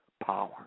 power